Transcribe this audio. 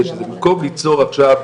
במקום ליצור עכשיו,